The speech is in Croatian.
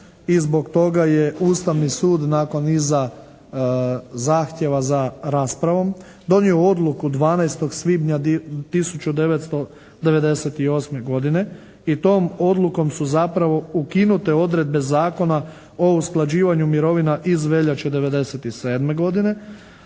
i zbog toga je Ustavni sud nakon niza zahtjeva za raspravom donio odluku 12. svibnja 1998. godine i tom odlukom su zapravo ukinute odredbe Zakona o usklađivanju mirovina iz veljače '97. godine